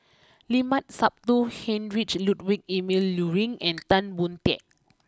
Limat Sabtu Heinrich Ludwig Emil Luering and Tan Boon Teik